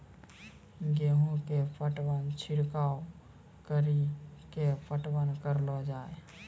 गेहूँ के पटवन छिड़काव कड़ी के पटवन करलो जाय?